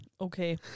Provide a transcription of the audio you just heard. Okay